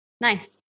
Nice